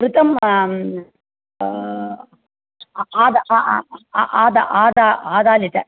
घृतं अ आदा आ आदा अ आदा आदा लिटर्